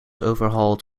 overhauled